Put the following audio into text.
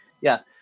yes